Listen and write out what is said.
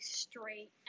straight